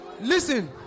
Listen